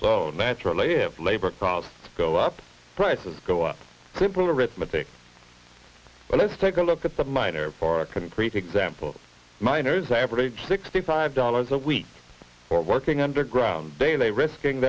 so naturally if labor costs go up prices go up simple arithmetic well let's take a look at some minor for a concrete example miners average sixty five dollars a week for working underground they risking